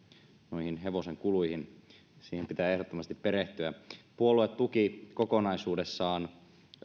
noihin hevosen kuluihin niihin pitää ehdottomasti perehtyä puoluetuki kokonaisuudessaan